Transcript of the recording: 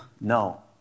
no